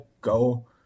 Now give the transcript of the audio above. go